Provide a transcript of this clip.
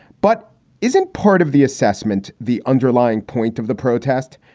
but isn't part of the assessment. the underlying point of the protest.